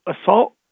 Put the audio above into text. assault